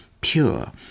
pure